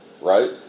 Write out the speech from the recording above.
right